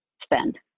spend